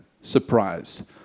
surprise